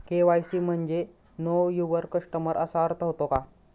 KYC म्हणजे know your customer असा अर्थ होतो का?